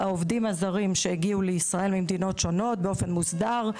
העובדים הזרים שהגיעו לישראל ממדינות שונות באופן מוסדר,